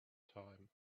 time